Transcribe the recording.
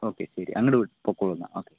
okay ശരി അങ്ങട് പോക്കൊള്ളു എന്നാൽ ഓക്കേ